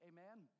Amen